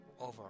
over